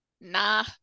Nah